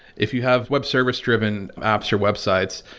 if you have web service driven apps or websites,